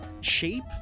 shape